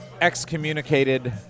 excommunicated